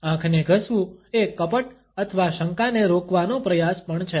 આંખને ઘસવું એ કપટ અથવા શંકાને રોકવાનો પ્રયાસ પણ છે